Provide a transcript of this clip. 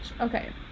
okay